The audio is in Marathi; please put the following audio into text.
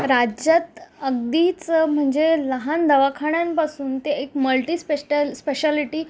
राज्यात अगदीच म्हणजे लहान दवाखान्यांपासून ते एक मल्टी स्पेष्टल स्पेशालिटी